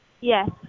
Yes